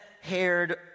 haired